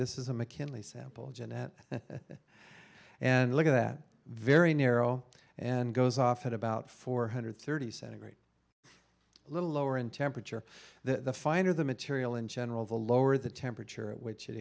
this is a mckinley sample jeanette and look at that very narrow and goes off at about four hundred thirty seven very little lower in temperature the finer the material in general the lower the temperature at which it